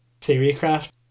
theorycraft